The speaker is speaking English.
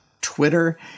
Twitter